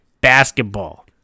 basketball